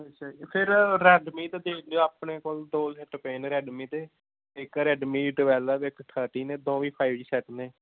ਅੱਛਾ ਜੀ ਫਿਰ ਰੈਡਮੀ ਦਾ ਦੇਖ ਲਿਓ ਆਪਣੇ ਕੋਲ ਦੋ ਸੈੱਟ ਪਏ ਨੇ ਰੈਡਮੀ ਦੇ ਇੱਕ ਰੈਡਮੀ ਟਵੈਲਵ ਇੱਕ ਥਰਟੀਨ ਇਹ ਦੋਵੇਂ ਫਾਈਵ ਜੀ ਸੈਟ ਨੇ